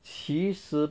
其实